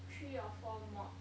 three or four mod